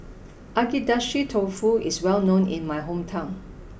Agedashi Dofu is well known in my hometown